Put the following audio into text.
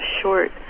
short